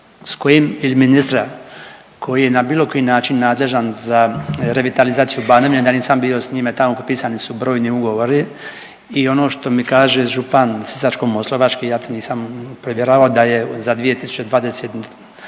s kojim ili ministra koji je na bilo koji način nadležan za revitalizaciju da nisam bio s njime tamo. Potpisani su brojni ugovori i ono što mi kaže župan Sisačko-moslavački ja to nisam provjeravao da je za 2022.